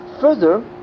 further